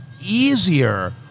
easier